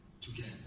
together